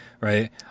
right